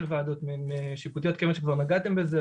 ועדות שיפוטיות כיוון שכבר נגעתם בזה,